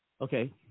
Okay